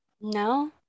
No